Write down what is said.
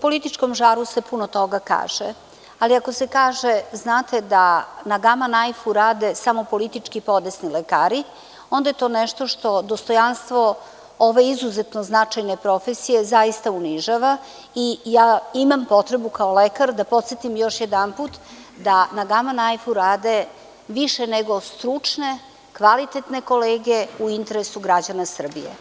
političkom žaru se puno toga kaže, ali ako se kaže – znate da na gama nožu samo politički podesni lekari, onda je to nešto što dostojanstvo ove izuzetno značajne profesije zaista unižava i ja imam potrebu kao lekar da podsetim još jedanput da na gama nožu rade više nego stručne, kvalitetne kolege u interesu građana Srbije.